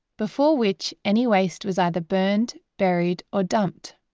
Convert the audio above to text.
before which any waste was either burned, buried or dumped.